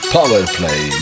Powerplay